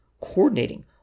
coordinating